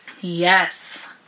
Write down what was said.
Yes